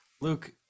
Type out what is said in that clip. Luke